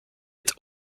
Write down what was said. hat